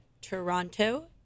Toronto